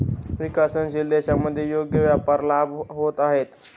विकसनशील देशांमध्ये योग्य व्यापार लाभ होत आहेत